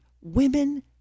women